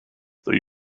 though